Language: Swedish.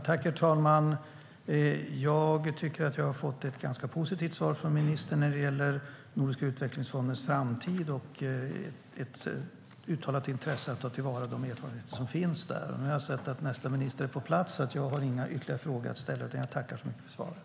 Herr talman! Jag tycker att jag har fått ett ganska positivt svar från ministern när det gäller Nordiska utvecklingsfondens framtid. Det finns ett uttalat intresse för att ta till vara de erfarenheter som finns där. Nu har jag sett att nästa minister är på plats, och jag har inga ytterligare frågor att ställa. Jag tackar så mycket för svaren.